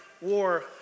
war